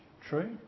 True